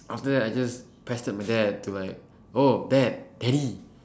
after that I just pestered my dad to like oh dad daddy